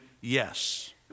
yes